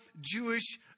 Jewish